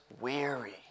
weary